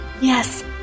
Yes